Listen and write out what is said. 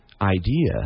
idea